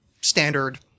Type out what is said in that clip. standard